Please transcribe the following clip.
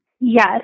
Yes